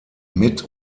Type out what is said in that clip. mit